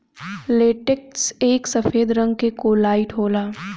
latex एक सफेद रंग क कोलाइड होला